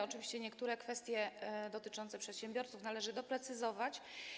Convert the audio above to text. Oczywiście niektóre kwestie dotyczące przedsiębiorców należy doprecyzować.